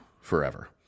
forever